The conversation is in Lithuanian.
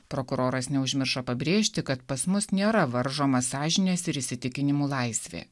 prokuroras neužmiršo pabrėžti kad pas mus nėra varžoma sąžinės ir įsitikinimų laisvė